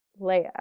Leia